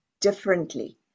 differently